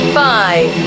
five